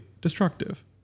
destructive